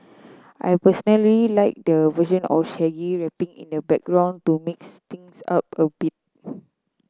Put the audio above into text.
I personally like the version or Shaggy rapping in the background to mix things up a bit